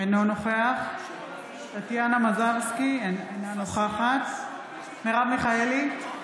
אינו נוכח טטיאנה מזרסקי, אינה נוכחת מרב מיכאלי,